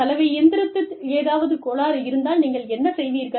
சலவை இயந்திரத்தில் ஏதாவது கோளாறு இருந்தால் நீங்கள் என்ன செய்வீர்கள்